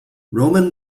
roman